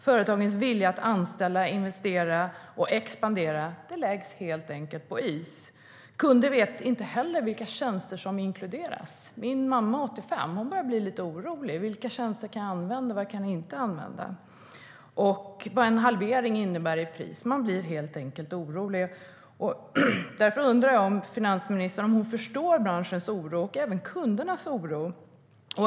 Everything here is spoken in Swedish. Företagens vilja att anställa, investera och expandera läggs helt enkelt på is. Kunder vet inte heller vilka tjänster som inkluderas. Man blir helt enkelt orolig. Jag undrar om finansministern förstår branschens oro och även kundernas oro.